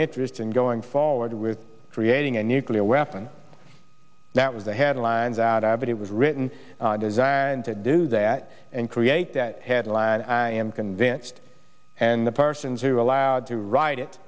interest in going forward with creating a nuclear weapon that was the headlines out of it it was written designed to do that and create that headline i am convinced and the persons who allowed to ride it